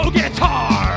guitar